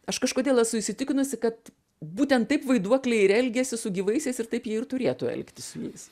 aš kažkodėl esu įsitikinusi kad būtent taip vaiduokliai ir elgiasi su gyvaisiais ir taip jie ir turėtų elgtis su jais